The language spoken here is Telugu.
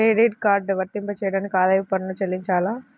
క్రెడిట్ కార్డ్ వర్తింపజేయడానికి ఆదాయపు పన్ను చెల్లించాలా?